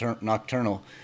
nocturnal